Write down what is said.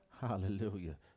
Hallelujah